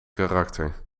karakter